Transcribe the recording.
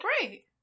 Great